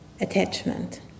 attachment